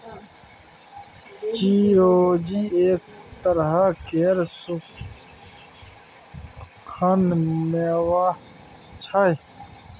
चिरौंजी एक तरह केर सुक्खल मेबा छै